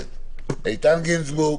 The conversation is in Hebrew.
הכנסת איתן גינזבורג,